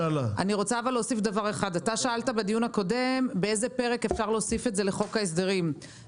שאלת לאיזה פרק בחוק ההסדרים אפשר להוסיף את זה.